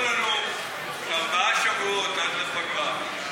נותרו לנו ארבעה שבועות עד הפגרה.